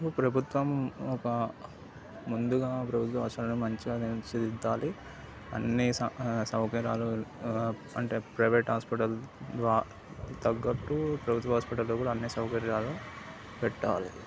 ప్రభుత్వం ఒక ముందుగా ప్రభుత్వ అవసరాలను మంచిగా తీర్చిదిద్దాలి అన్నీ స సౌకర్యాలు అంటే ప్రైవేట్ హాస్పిటల్ వ తగట్టు ప్రభుత్వ హాస్పిటల్లో కూడా అన్నీ సౌకర్యాలు పెట్టాలి